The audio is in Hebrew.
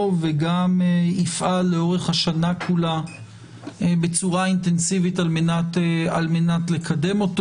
וגם יפעל לאורך השנה כולה בצורה אינטנסיבית על מנת לקדם אותו.